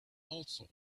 also